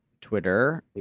Twitter